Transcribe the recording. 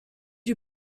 you